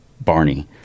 barney